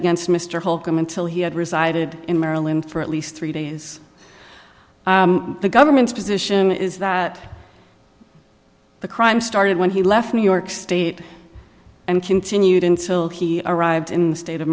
against mr holcombe until he had resided in maryland for at least three days the government's position is that the crime started when he left new york state and continued until he arrived in the state of